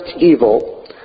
evil